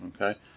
Okay